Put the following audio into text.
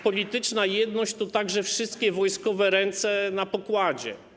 Polityczna jedność to także wszystkie wojskowe ręce na pokładzie.